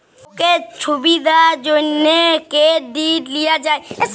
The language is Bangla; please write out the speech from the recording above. লকের ছুবিধার জ্যনহে কেরডিট লিয়া যায়